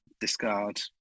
discard